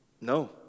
no